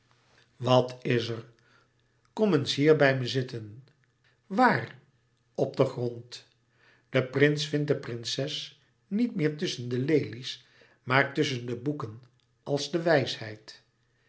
wat is er kom eens hier bij me zitten louis couperus metamorfoze waar op den grond de prins vindt de prinses niet meer tusschen de lelies maar tusschen de boeken als de wijsheid